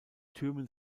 türmen